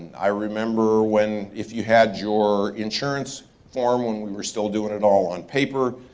i remember when if you had your insurance form, when we were still doing it all on paper,